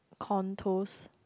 contours